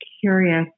curious